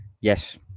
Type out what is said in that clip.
Yes